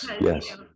yes